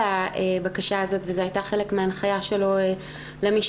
לבקשה הזאת וזה היה חלק מההנחיה שלו למשטרה,